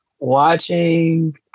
watching